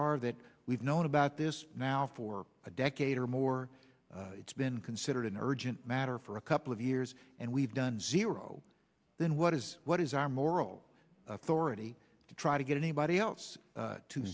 are that we've known about this now for a decade or more it's been considered an urgent matter for a couple of years and we've done zero then what is what is our moral authority to try to get anybody else